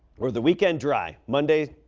where the weekend dry monday.